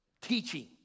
teaching